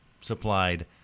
supplied